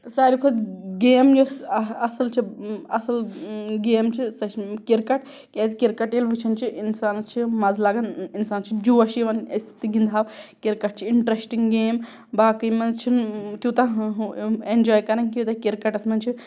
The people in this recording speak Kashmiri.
ساروی کھۄتہٕ گیم یۄس اَصٕل چھِ اَصٕل گیم چھِ سۄ چھِ کِرکٹ کیازِ کِرکٹ ییٚلہِ وُچھان چھِ اِنسانَس چھُ مَزٕ لگان اِنسانس چھُ جوش یِوان أسۍ تہِ گِندہو کِرکٹ چھُ اِنٹرسٹِنگ گیم باقٕے منٛز چھُنہٕ توٗتاہ اینجاے کران یوٗتاہ کِرکَٹس منٛز چھِ